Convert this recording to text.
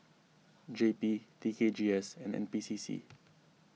J P T K G S and N P C C